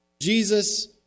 Jesus